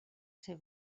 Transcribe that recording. ser